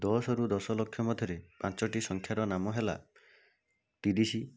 ଦଶ ରୁ ଦଶ ଲକ୍ଷ ମଧ୍ୟରେ ପାଞ୍ଚୋଟି ସଂଖ୍ୟାର ନାମ ହେଲା ତିରିଶି